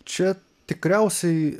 čia tikriausiai